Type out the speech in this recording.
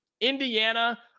Indiana